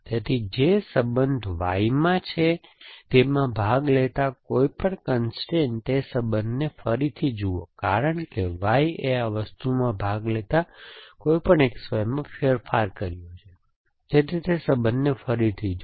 તેથી જે સંબંધ Y માં છે તેમાં ભાગ લેતા કોઈપણ કન્સ્ટ્રેઇન તે સંબંધને ફરીથી જુઓ કારણ કે Y એ આ વસ્તુમાં ભાગ લેતા કોઈપણ XYમાં ફેરફાર કર્યો છે તેથી તે સંબંધને ફરીથી જુઓ